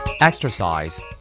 Exercise